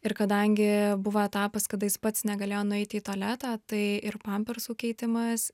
ir kadangi buvo etapas kada jis pats negalėjo nueiti į tualetą tai ir pampersų keitimas